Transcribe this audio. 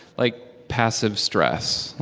like passive stress,